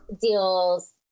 deals